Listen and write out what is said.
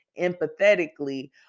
empathetically